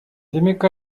демек